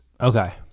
Okay